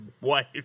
wife